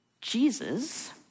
Jesus